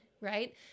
right